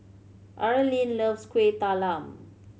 Arlyne loves Kueh Talam